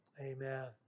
Amen